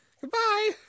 goodbye